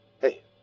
Hey